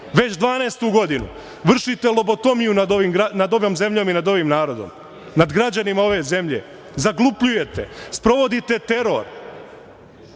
godinu vršite lobotomiju nad ovom zemljom i nad ovim narodom, nad građanima ove zemlje. Zaglupljujete, sprovodite